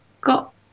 got